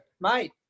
Mate